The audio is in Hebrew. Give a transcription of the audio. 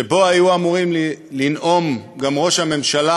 שבו היו אמורים לנאום גם ראש הממשלה